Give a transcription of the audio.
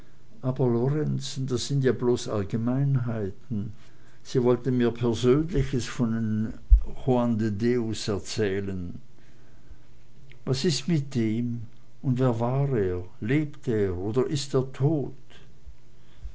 das sind ja bloß allgemeinheiten sie wollten mir persönliches von joao de deus erzählen was ist es mit dem wer war er lebt er oder ist er tot